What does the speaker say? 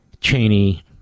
Cheney